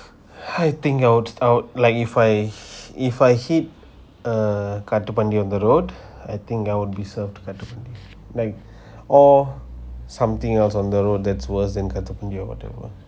I think I will I will like if I if I hit a காட்டு பண்ணி:kaatu panni on the road I think I would be served காட்டு பண்ணி:kaatu panni like or something else on the road that's worse than காட்டு பண்ணி:kaatu panni or whatever